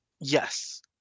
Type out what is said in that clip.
Yes